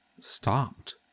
stopped